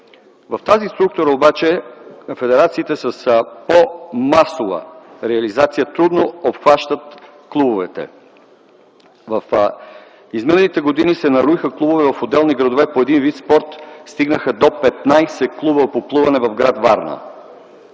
В тази структура обаче на федерациите с по-масова реализация трудно се обхващат клубовете. В изминалите години се нароиха клубове. В отделни градове по един вид спорт, стигнаха до 15 клуба по плуване в гр. Варна.